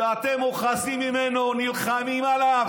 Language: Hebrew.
שאתם אוחזים ממנו, נלחמים עליו?